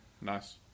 Nice